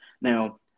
Now